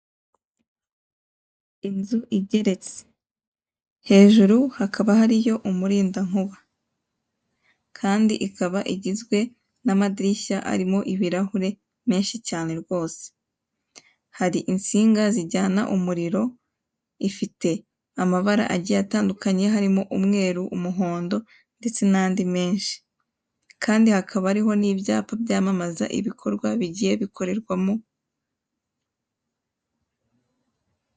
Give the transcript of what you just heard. Inzu igeretse, hejuru hakaba hariyo umurindankuba. Kandi ikaba igizwe n'amadirishya arimo ibirahure menshi cyane rwose. Hari insinga zijyana umuriro, ifite amabara agiye atandukanye harimo umweru, umuhondo ndetse n'andi menshi. Kandi hakaba hariho n'ibyapa byamamaze ibikorwa bigiye bikorerwamo....